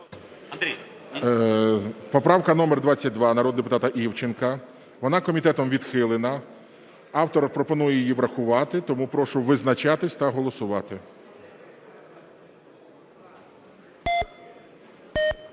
Поправка номер 22 народного депутата Івченка. Вона комітетом відхилена. Автор пропонує її врахувати, тому прошу визначатись та голосувати.